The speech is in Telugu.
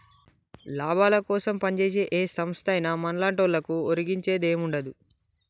లాభాలకోసం పంజేసే ఏ సంస్థైనా మన్లాంటోళ్లకు ఒరిగించేదేముండదు